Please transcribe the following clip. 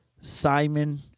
Simon